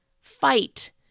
Fight